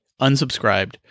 unsubscribed